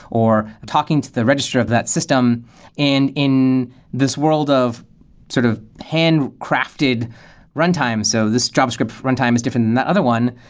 or talking to the register of that system in in this world of sort of handcrafted runtime. so this javascript runtime is different than that other one,